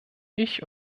ich